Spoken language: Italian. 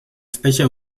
specie